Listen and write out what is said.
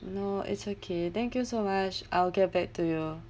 no it's okay thank you so much I'll get back to you